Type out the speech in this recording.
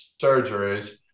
surgeries